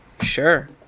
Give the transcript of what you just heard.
sure